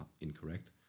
incorrect